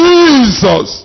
Jesus